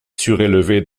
surélevé